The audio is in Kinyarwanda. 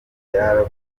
byaravuzwe